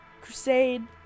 Crusade